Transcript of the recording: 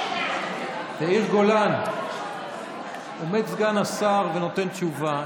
יאיר גולן, עומד סגן השר ונותן תשובה.